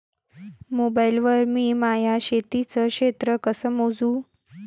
Mobile वर मी माया शेतीचं क्षेत्र कस मोजू?